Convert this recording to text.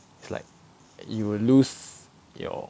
it's like you will lose your